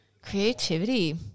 Creativity